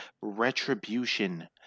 retribution